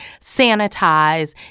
sanitize